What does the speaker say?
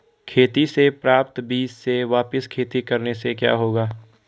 खेती से प्राप्त बीज से वापिस खेती करने से क्या होगा?